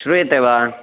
श्रूयते वा